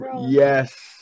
Yes